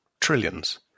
trillions